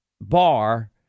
bar